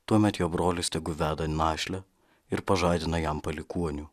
tuomet jo brolis tegu veda našlę ir pažadina jam palikuonių